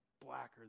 blacker